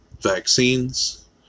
vaccines